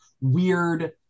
weird